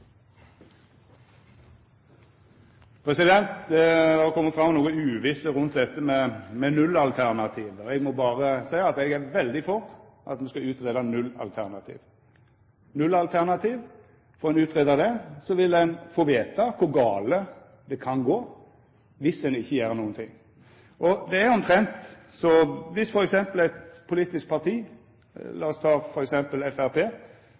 Det har kome fram noko uvisse rundt dette med nullalternativet, og eg må berre seia at eg er veldig for at me skal greia ut nullalternativet. Får ein greidd ut det, vil ein få veta kor gale det kan gå viss ein ikkje gjer noko. Det er omtrent som viss eit politisk parti